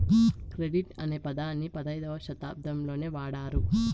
credit అనే పదాన్ని పదైధవ శతాబ్దంలోనే వాడారు